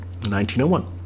1901